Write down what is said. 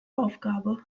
aufgabe